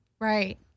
Right